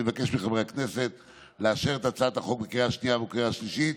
ואני מבקש מחברי הכנסת לאשר את הצעת החוק בקריאה שנייה ובקריאה שלישית,